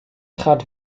trat